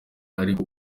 ariko